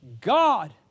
God